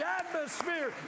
atmosphere